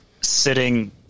Sitting